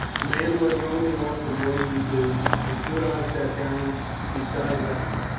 the men went roaming off in ones and twos, and goodhart sat down beside reynolds.